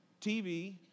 TV